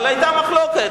אבל היתה מחלוקת.